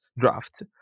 draft